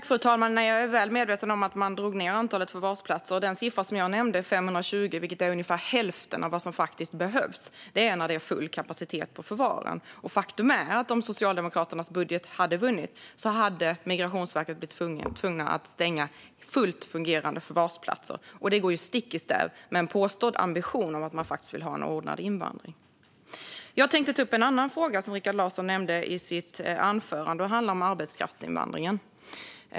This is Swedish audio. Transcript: Fru talman! Jag är väl medveten om att man drog ned antalet förvarsplatser. Den siffra som jag nämnde var 520, vilket är ungefär hälften av vad som faktiskt behövs. Det är när det är full kapacitet på förvaren. Faktum är att om Socialdemokraternas budget hade vunnit så hade Migrationsverket blivit tvunget att stänga fullt fungerande förvarsplatser. Det går stick i stäv med en påstådd ambition att man vill ha en ordnad invandring. Jag tänkte ta upp en annan fråga som Rikard Larsson nämnde i sitt anförande. Det handlar om arbetskraftsinvandringen.